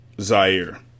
Zaire